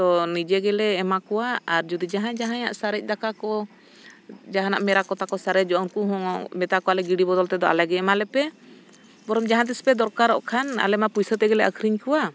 ᱛᱚ ᱱᱤᱡᱮ ᱜᱮᱞᱮ ᱮᱢᱟ ᱠᱚᱣᱟ ᱟᱨ ᱡᱩᱫᱤ ᱡᱟᱦᱟᱸᱭ ᱡᱟᱦᱟᱸᱭᱟᱜ ᱥᱟᱨᱮᱡ ᱫᱟᱠᱟ ᱠᱚ ᱡᱟᱦᱟᱱᱟᱜ ᱢᱮᱨᱟ ᱠᱚᱛᱟ ᱠᱚ ᱥᱟᱨᱮᱡᱚᱜᱼᱟ ᱩᱱᱠᱩ ᱦᱚᱸ ᱢᱮᱛᱟ ᱠᱚᱣᱟᱞᱮ ᱜᱤᱰᱤ ᱵᱚᱫᱚᱞ ᱛᱮᱫᱚ ᱟᱞᱮ ᱜᱮ ᱮᱢᱟ ᱞᱮᱯᱮ ᱵᱚᱨᱚᱝ ᱡᱟᱦᱟᱸ ᱛᱤᱥ ᱯᱮ ᱫᱚᱨᱠᱟᱨᱚᱜ ᱠᱷᱟᱱ ᱟᱞᱮ ᱢᱟ ᱯᱚᱭᱥᱟ ᱛᱮᱜᱮᱞᱮ ᱟᱹᱠᱷᱟᱨᱤᱧ ᱠᱚᱣᱟ